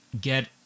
get